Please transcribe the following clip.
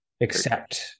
accept